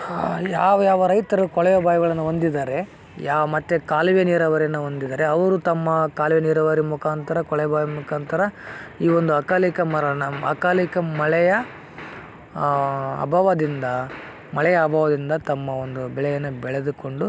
ಯಾವಯಾವ ರೈತರು ಕೊಳವೆ ಬಾವಿಗಳನ್ನು ಹೊಂದಿದಾರೆ ಯಾ ಮತ್ತೆ ಕಾಲುವೆ ನೀರಾವರಿಯನ್ನ ಹೊಂದಿದಾರೆ ಅವರು ತಮ್ಮ ಕಾಲುವೆ ನೀರಾವರಿ ಮುಖಾಂತರ ಕೊಳವೆ ಬಾವಿ ಮುಖಾಂತರ ಈ ಒಂದು ಅಕಾಲಿಕ ಮರಣ ಅಕಾಲಿಕ ಮಳೆಯ ಅಭಾವದಿಂದ ಮಳೆಯ ಅಭಾವದಿಂದ ತಮ್ಮ ಒಂದು ಬೆಳೆಯನ್ನ ಬೆಳೆದುಕೊಂಡು